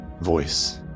voice